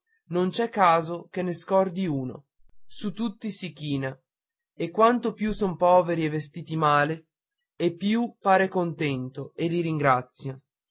non c'è caso che ne scordi uno su tutti si china e quanto più son poveri e vestiti male e più pare contento e li ringrazia